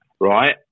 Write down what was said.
Right